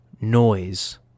noise